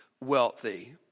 wealthy